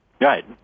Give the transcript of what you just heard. Right